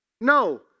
No